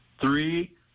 Three